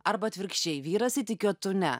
arba atvirkščiai vyras įtiki o tu ne